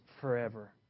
forever